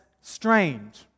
strange